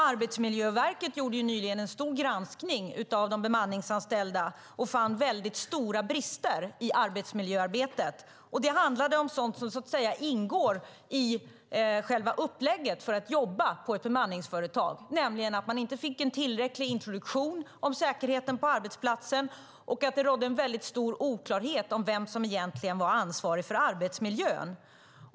Arbetsmiljöverket gjorde nyligen en granskning av de bemanningsanställda och fann stora brister i arbetsmiljöarbetet. Det handlade om sådant som ingår i själva upplägget för att jobba på ett bemanningsföretag, nämligen att man inte fick tillräcklig introduktion om säkerheten på arbetsplatsen och att det rådde stor oklarhet om vem som egentligen var ansvarig för arbetsmiljön.